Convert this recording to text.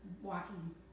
walking